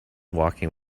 walking